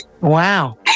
Wow